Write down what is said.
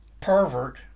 pervert